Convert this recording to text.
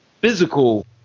physical